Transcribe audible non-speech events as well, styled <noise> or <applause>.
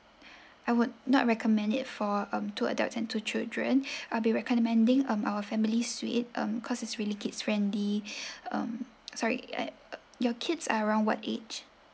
<breath> I would not recommend it for um two adults and two children <breath> I'll be recommending um our family suite um cause it's really kids friendly <breath> um sorry uh your kids around what age